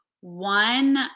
one